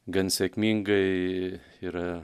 gan sėkmingai yra